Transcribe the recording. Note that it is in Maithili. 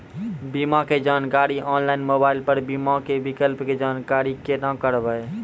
बीमा के जानकारी ऑनलाइन मोबाइल पर बीमा के विकल्प के जानकारी केना करभै?